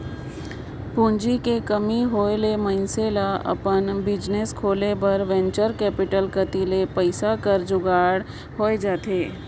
पूंजी के कमी होय ले मइनसे ल अपन बिजनेस खोले बर वेंचर कैपिटल कती ले पइसा कर जुगाड़ होए जाथे